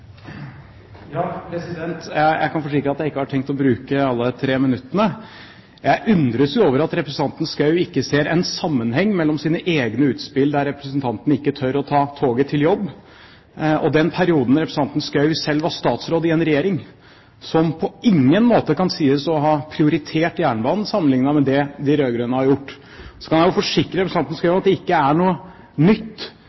Jeg kan forsikre at jeg ikke har tenkt å bruke alle de 3 minuttene. Jeg undres jo over at representanten Schou ikke ser en sammenheng mellom sine egne utspill, der representanten ikke tør å ta toget til jobb, og den perioden da representanten Schou selv var statsråd i en regjering som på ingen måte kan sies å ha prioritert jernbanen, sammenlignet med det de rød-grønne har gjort. Jeg kan forsikre representanten